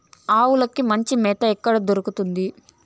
ఆవులకి మంచి మేత ఎక్కడ దొరుకుతుంది?